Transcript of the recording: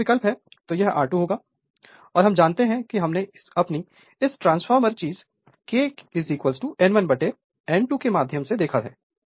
अगर यह विकल्प है कि यह R2 होगा और हम जानते हैं कि हमने अपनी इस ट्रांसफार्मर चीज़ K N1N2 के माध्यम से देखा है